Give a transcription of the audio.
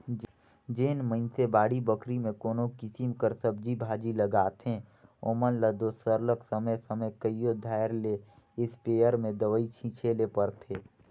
जेन मइनसे बाड़ी बखरी में कोनो किसिम कर सब्जी भाजी लगाथें ओमन ल दो सरलग समे समे कइयो धाएर ले इस्पेयर में दवई छींचे ले परथे